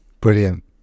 brilliant